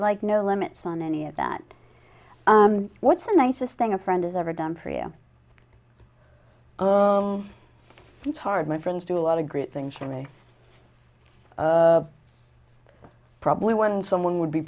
like no limits on any of that what's the nicest thing a friend has ever done for you it's hard my friends do a lot of great things for me probably one someone would be